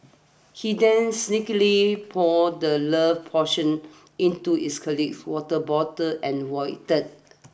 he then sneakily poured the love portion into his colleague's water bottle and waited